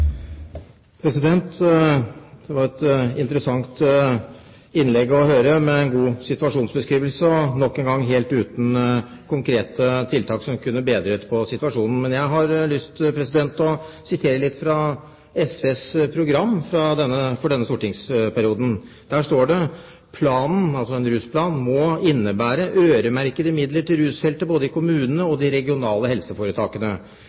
kunne bedret situasjonen. Men jeg har lyst til å sitere litt fra SVs program for denne stortingsperioden, der det står: «Planen» – altså en rusplan – «må innebære øremerkede midler til rusfeltet både i kommunene og i de regionale helseforetakene.